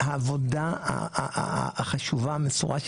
העבודה החשובה המסורה,